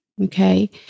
Okay